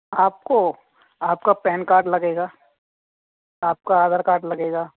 आपको आपका PAN card लगेगा आपका आधार कार्ड लगेगा